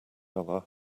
other